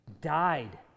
died